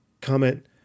comment